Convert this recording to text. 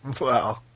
Wow